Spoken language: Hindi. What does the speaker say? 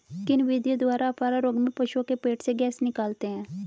किन विधियों द्वारा अफारा रोग में पशुओं के पेट से गैस निकालते हैं?